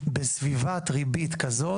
בסביבת ריבית כזאת,